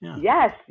Yes